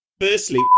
Firstly